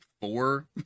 four